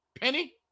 Penny